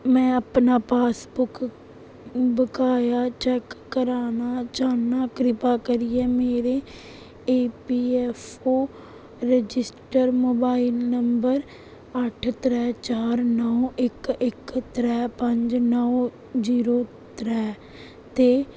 में अपना पासबुक बकाया चैक्क कराना चाह्न्नां किरपा करियै मेरे एपीऐफ्फओ रजिस्टर्ड मोबाइल नंबर अट्ठ त्रै चार नौ इक्क इक त्रै पंज नौ जीरो त्रै ते